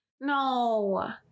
no